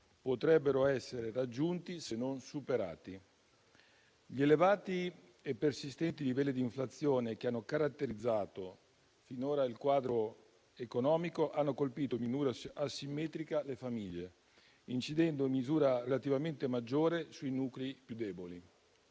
potrebbero essere raggiunti, se non superati. Gli elevati e persistenti livelli di inflazione che hanno caratterizzato finora il quadro economico hanno colpito in misura asimmetrica le famiglie, incidendo in misura relativamente maggiore sui nuclei più deboli.